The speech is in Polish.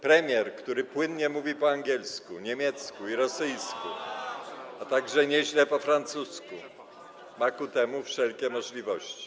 Premier, który płynnie mówi po angielsku, niemiecku i rosyjsku, a także nieźle po francusku, ma ku temu wszelkie możliwości.